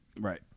Right